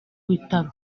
bitaro